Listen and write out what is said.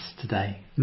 today